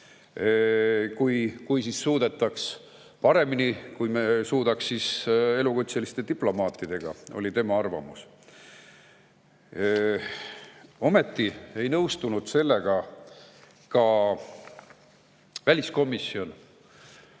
[seda tööd teha paremini], kui me suudaks elukutseliste diplomaatidega. See oli tema arvamus. Ometi ei nõustunud sellega ka väliskomisjon.